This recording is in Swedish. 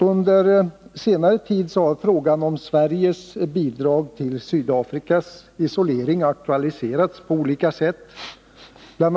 Under senare tid har frågan om Sveriges bidrag till Sydafrikas isolering aktualiserats på olika sätt. Bl.